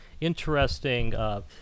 interesting